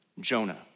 Jonah